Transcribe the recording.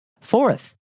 Fourth